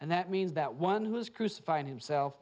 and that means that one who was crucified himself